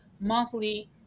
monthly